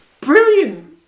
brilliant